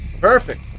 perfect